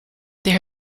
there